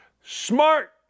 Smart